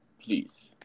Please